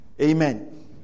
Amen